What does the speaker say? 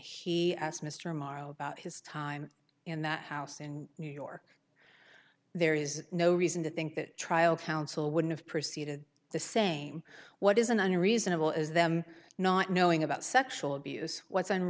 he asked mr morrow about his time in that house in new york there is no reason to think that trial counsel would have proceeded the same what is an unreasonable as them not knowing about sexual abuse w